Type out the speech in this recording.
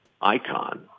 icon